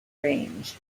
range